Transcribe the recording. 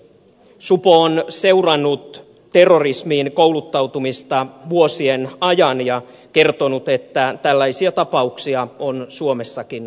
supo on seurannut terrorismiin kouluttautumista vuosien ajan ja kertonut että tällaisia tapauksia on suomessakin havaittu